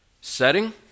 Setting